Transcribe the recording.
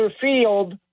field